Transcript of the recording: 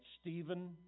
Stephen